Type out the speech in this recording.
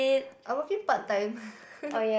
I'm working part time